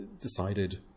decided